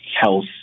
health